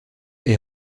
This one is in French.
est